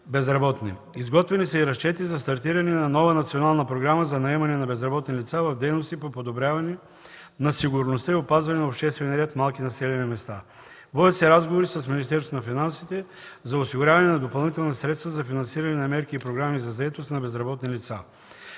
безработни. Изготвени са и разчети за стартиране на нова Национална програма за наемане на безработни лица в дейности по подобряване на сигурността и опазване на обществения ред в малки населени места. Водят се разговори с Министерството на финансите за осигуряване на допълнителни средства за финансиране на мерки и програми за заетост на безработни лица.